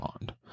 bond